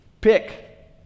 pick